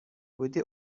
بودی